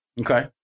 Okay